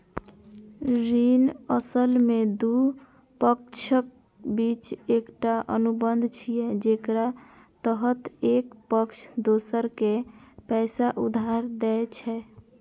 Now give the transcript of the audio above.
ऋण असल मे दू पक्षक बीच एकटा अनुबंध छियै, जेकरा तहत एक पक्ष दोसर कें पैसा उधार दै छै